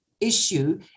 Issue